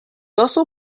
also